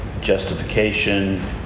justification